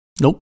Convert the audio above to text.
Nope